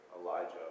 Elijah